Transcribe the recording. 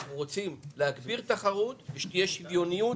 אנחנו רוצים להגביר תחרות ושתהיה שוויוניות